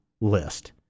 list